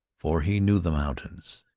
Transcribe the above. for he knew the mountains.